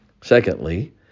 Secondly